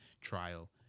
trial